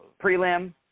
prelim